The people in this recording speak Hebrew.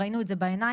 ראינו את זה בעיניים.